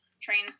trains